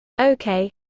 okay